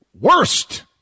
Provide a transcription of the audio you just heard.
worst